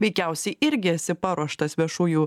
veikiausiai irgi esi paruoštas viešųjų